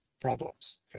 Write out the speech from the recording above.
problems